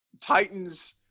Titans –